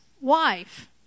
wife